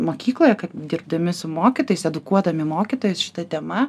mokykloje kad dirbdami su mokytais edukuodami mokytojus šita tema